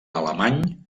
alemany